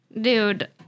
Dude